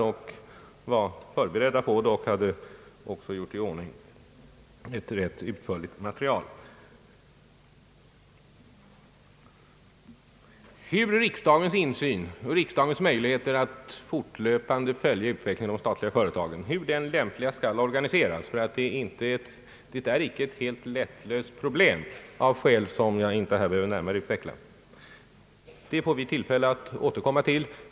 Vi var förberedda på det och hade också gjort i ordning ett ganska utförligt material. Hur riksdagens möjligheter att fortlöpande följa utvecklingen inom de statliga företagen lämpligast skall tillgodoses är inte ett helt lättlöst problem, av skäl som jag inte nu behöver utveckla närmare. Vi får tillfälle att återkomma därtill.